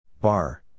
Bar